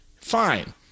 Fine